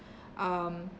um